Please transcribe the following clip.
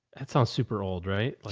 that sounds super old, right? like